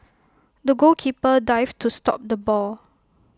the goalkeeper dived to stop the ball